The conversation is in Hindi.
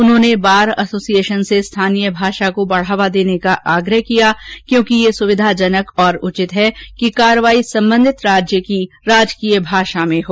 उन्होंने बार एसोसिएशन से स्थानीय भाषा को बढ़ावा देने का आग्रह किया क्योंकि ये सुविधाजनक और उचित है कि कार्रवाई संबंधित राज्य की राजकीय भाषा में हो